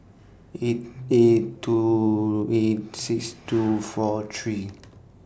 eight eight two eight six two four three